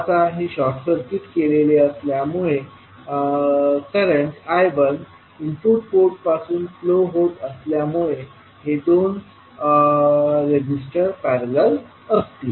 आता हे short circuit केलेले असल्यामुळे आणि करंट I1 इनपुट पोर्ट पासून फ्लो होत असल्यामुळे हे दोन रेजिस्टर पॅरेलल असतील